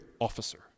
officer